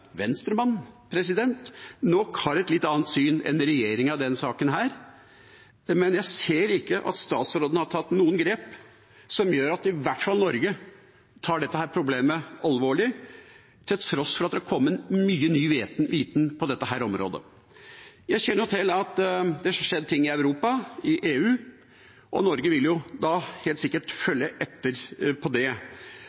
nok har et litt annet syn enn regjeringa i denne saken, men jeg ser ikke at statsråden har tatt noen grep som gjør at i hvert fall Norge tar dette problemet alvorlig, til tross for at det har kommet mye ny viten på dette området. Jeg kjenner til at det skjer ting i Europa, i EU, og Norge vil da helt sikkert